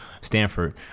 Stanford